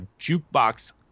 jukebox